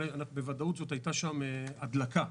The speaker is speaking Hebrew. אבל בוודאות הייתה שם הדלקה,